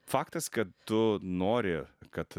faktas kad tu nori kad